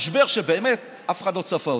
משבר שבאמת אף אחד לא צפה,